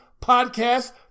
podcast